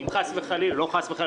חס וחלילה לא "חס וחלילה",